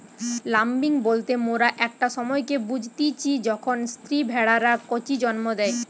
lambing বলতে মোরা একটা সময়কে বুঝতিচী যখন স্ত্রী ভেড়ারা কচি জন্ম দেয়